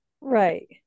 Right